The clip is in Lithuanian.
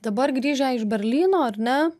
dabar grįžę iš berlyno ar ne